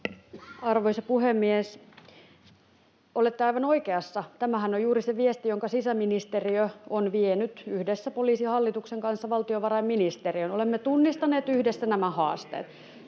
Arvoisa puhemies! Olette aivan oikeassa. Tämähän on juuri se viesti, jonka sisäministeriö on vienyt yhdessä Poliisihallituksen kanssa valtiovarainministeriöön. [Ben Zyskowicz: Enhän minä, mutta